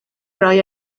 roi